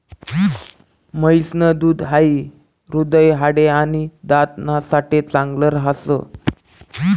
म्हैस न दूध हाई हृदय, हाडे, आणि दात ना साठे चांगल राहस